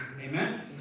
Amen